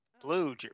Blue